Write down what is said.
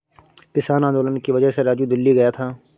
किसान आंदोलन की वजह से राजू दिल्ली गया था